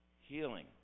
Healing